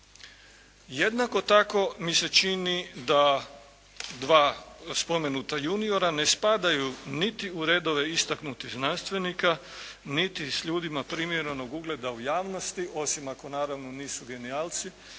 Jednako tako mi se čini da dva spomenuta juniora ne spadaju niti u redove istaknutih znanstvenika, niti s ljudima primjerenog ugleda u javnosti, osim ako naravno nisu genijalci,